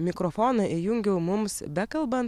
mikrofoną įjungiau mums bekalbant